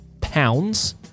pounds